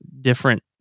different